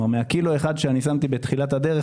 מקילו אחד ששמתי בתחילת הדרך,